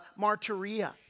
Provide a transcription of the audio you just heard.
martyria